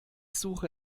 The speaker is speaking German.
suche